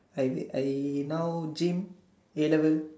I will I now gym A-Level